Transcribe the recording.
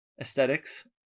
aesthetics